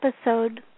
episode